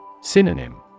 Synonym